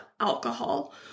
alcohol